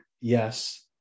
yes